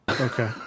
Okay